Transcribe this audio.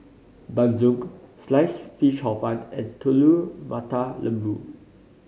bandung Sliced Fish Hor Fun and Telur Mata Lembu